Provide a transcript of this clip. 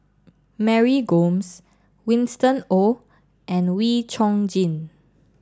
Mary Gomes Winston Oh and Wee Chong Jin